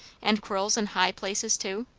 and quarrels in high places, too?